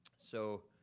so